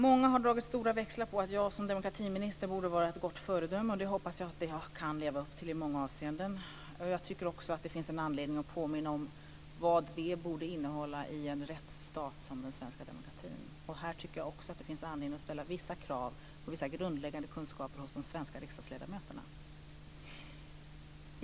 Många har dragit stora växlar på att jag som demokratiminister borde vara ett gott föredöme, och det hoppas jag att kan leva upp till i många avseenden. Jag tycker också att det finns anledning att påminna om vad det borde innehålla i en rättsstat som den svenska demokratin. Här tycker jag också att det finns anledning att ställa vissa krav på vissa grundläggande kunskaper hos de svenska riksdagsledamöterna.